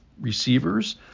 receivers